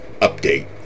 Update